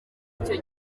icyo